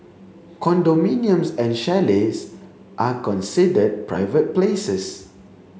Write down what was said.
condominiums and chalets are considered private places